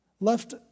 left